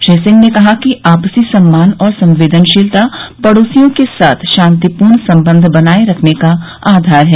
श्री सिंह ने कहा कि आपसी सम्मान और संवेदनशीलता पड़ोसियों के साथ शांतिपूर्ण संबंध बनाए रखने का आधार है